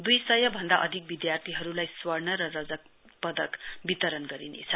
दुई सय भन्दा अधिक विद्यार्थीहरूलाई स्वर्ण र रजत पदक वितरण गरिनेछ